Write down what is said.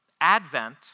Advent